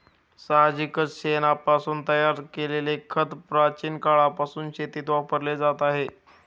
साहजिकच शेणापासून तयार केलेले खत प्राचीन काळापासून शेतीत वापरले जात आहे